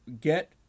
get